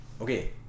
Okay